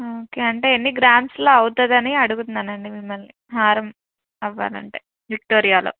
okay అంటే ఎన్ని గ్రామ్స్లో అవుతుంది అని అడుగుతున్నాను అండి మిమ్మల్ని హారం అవ్వాలంటే విక్టోరియాలో